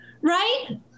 right